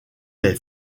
les